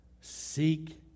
Seek